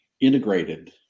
integrated